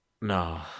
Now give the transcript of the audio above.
No